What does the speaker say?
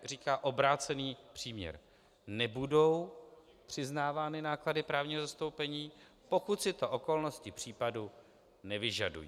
Říká se obrácený příměr: nebudou přiznávány náklady právního zastoupení, pokud si to okolnosti případu nevyžadují.